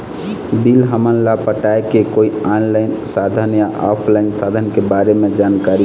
Bill हमन ला पटाए के कोई ऑनलाइन साधन या ऑफलाइन साधन के बारे मे जानकारी?